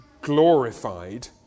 glorified